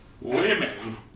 Women